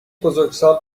بزرگسال